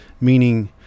meaning